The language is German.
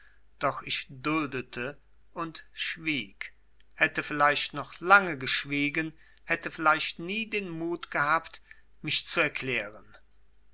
doch ich duldete und schwieg hätte vielleicht noch lange geschwiegen hätte vielleicht nie den mut gehabt mich zu erklären